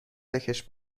بکـش